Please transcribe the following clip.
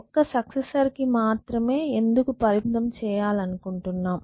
ఒక్క సక్సెసర్ కి మాత్రమే ఎందుకు పరిమితం చేయాలనుకుంటున్నాము